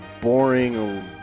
boring